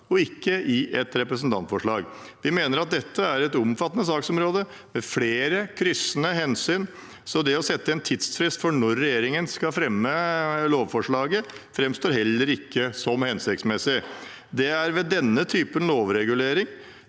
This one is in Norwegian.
ikke i et representantforslag. Vi mener at dette er et omfattende saksområde med flere kryssende hensyn, så det å sette en tidsfrist for når regjeringen skal fremme lovforslaget, framstår heller ikke som hensiktsmessig. Det er ved denne typen lovregulering